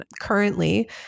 currently